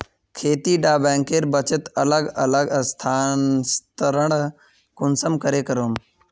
खेती डा बैंकेर बचत अलग अलग स्थानंतरण कुंसम करे करूम?